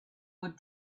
would